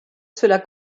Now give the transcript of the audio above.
cela